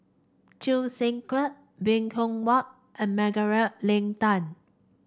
Choo Seng Quee Bong Hiong Hwa and Margaret Leng Tan